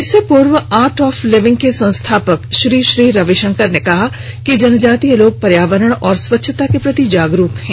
इससे पूर्व Art of Living के श्री श्री रविशंकर ने कहा कि जनजातीय लोग पर्यावरण और स्वच्छता के प्रति जागरूक हैं